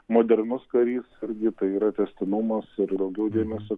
modernus karys irgi tai yra tęstinumas ir daugiau dėmesio